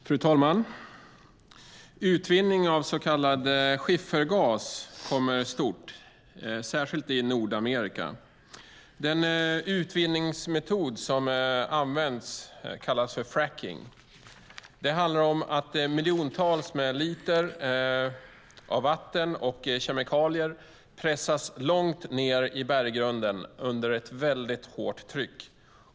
Fru talman! Utvinning av så kallad skiffergas kommer stort, särskilt i Nordamerika. Den utvinningsmetod som används kallas för fracking. Det handlar om att miljontals liter vatten och kemikalier pressas långt ned i berggrunden under väldigt högt tryck.